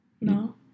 No